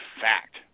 fact